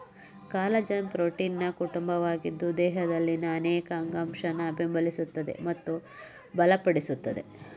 collagen ಪ್ರೋಟೀನ್ನ ಕುಟುಂಬವಾಗಿದ್ದು ದೇಹದಲ್ಲಿನ ಅನೇಕ ಅಂಗಾಂಶನ ಬೆಂಬಲಿಸ್ತದೆ ಮತ್ತು ಬಲಪಡಿಸ್ತದೆ